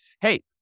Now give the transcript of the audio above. hey